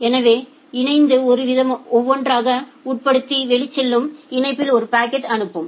எனவே இணைப்பு அதை ஒவ்வொன்றாக உட்படுத்தி வெளிச்செல்லும் இணைப்பில் ஒரு பாக்கெட் அனுப்பும்